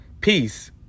peace